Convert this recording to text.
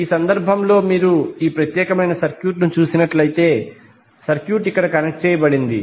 ఈ సందర్భంలో మీరు ఈ ప్రత్యేకమైన సర్క్యూట్ను చూసినట్లయితే సర్క్యూట్ ఇక్కడ కనెక్ట్ చేయబడింది